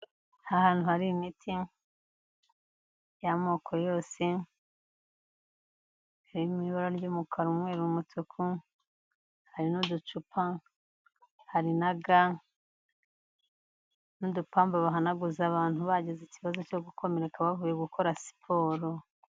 Hahantu hari imiti y'amoko yose hari mu ibara ry'umukara, umweru, n’umutuku hari n'uducupa hari naga, n'udupamba bahanaguza abantu bagize ikibazo cyo gukomereka bavuye gukora siporo.